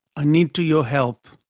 i need to your help.